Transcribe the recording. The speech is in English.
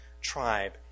tribe